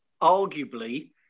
arguably